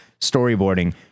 storyboarding